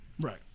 right